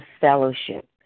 fellowship